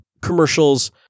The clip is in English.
commercials